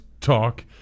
talk